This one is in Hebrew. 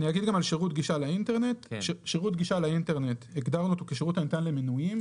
אגיד גם על שירות גישה לאינטרנט הגדרנו אותו כשירות הניתן למנויים.